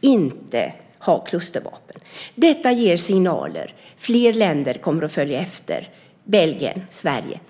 inte ha klustervapen. Detta ger signaler. Fler länder kommer att följa efter Belgien och Sverige.